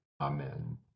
Amen